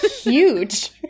huge